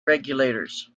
regulators